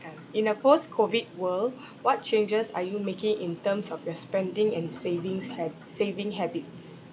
in a post COVID world what changes are you making in terms of your spending and savings hab~ saving habits